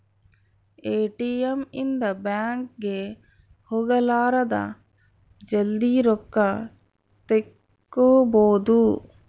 ATM ಇಂದ bank ಗೆ ಹೋಗಲಾರದ ಜಲ್ದೀ ರೊಕ್ಕ ತೆಕ್ಕೊಬೋದು